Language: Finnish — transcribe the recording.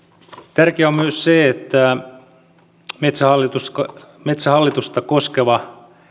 tärkeää on myös että metsähallitusta koskeva